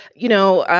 you know,